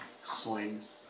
swings